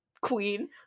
queen